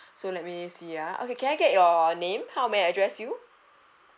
so let me see ah okay can I get your name how may I address you